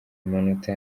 amanota